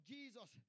Jesus